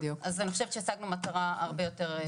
אז אני חושבת שהשגנו מטרה אפילו הרבה יותר חשובה.